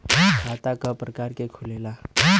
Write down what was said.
खाता क प्रकार के खुलेला?